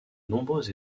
nombreux